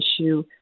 issue